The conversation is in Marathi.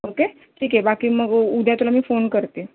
ओके ठीक आहे बाकी मग उद्या तुला मी फोन करते